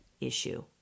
issue